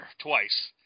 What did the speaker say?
twice